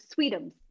Sweetums